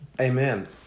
Amen